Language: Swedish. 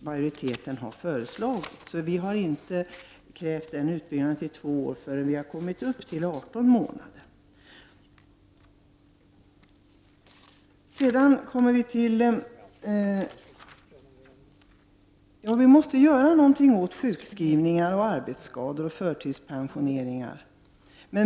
majoriteten har föreslagit. Vi har inte krävt en utbyggnad till två år innan vi har kommit upp till 18 månader. Vi måste göra någonting åt sjukskrivningar, arbetsskador och förtidspensioneringar.